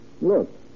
Look